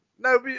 No